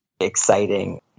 exciting